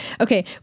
Okay